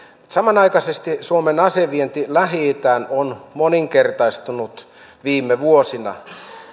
samanaikaisesti suomen asevienti lähi itään on moninkertaistunut viime vuosina